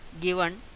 given